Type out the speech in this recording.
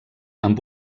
amb